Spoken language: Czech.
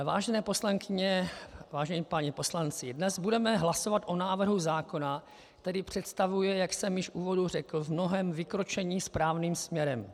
Vážené poslankyně, vážení páni poslanci, dnes budeme hlasovat o návrhu zákona, který představuje, jak jsem již v úvodu řekl, v mnohém vykročení správným směrem.